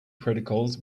protocols